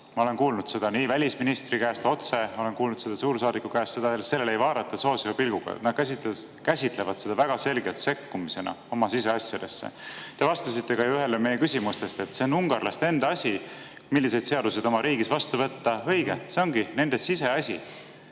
Ma olen kuulnud seda välisministri käest otse, ma olen kuulnud seda suursaadiku käest, et sellele ei vaadata soosiva pilguga. Nad käsitlevad seda väga selgelt sekkumisena oma siseasjadesse. Te vastasite ühele meie küsimustest, et see on ungarlaste enda asi, milliseid seadusi oma riigis vastu võtta. Õige, see ongi nende siseasi.